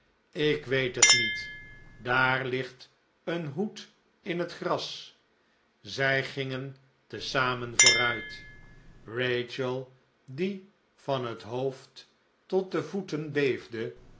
ik weet het niet daar ligt een hoed in het gras zij gingen te zamen vooruit rachel die van het hoofd tot de voeten beefde